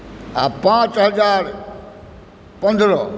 आ पाँच हजार पन्द्रह